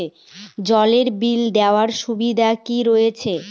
জলের বিল দেওয়ার সুবিধা কি রয়েছে?